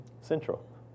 Central